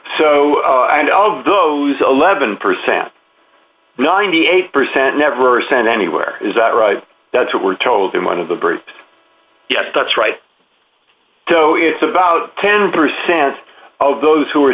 so and all of those eleven percent ninety eight percent never sent anywhere is that right that's what we're told in one of the braised yes that's right so it's about ten percent of those who are